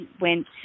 went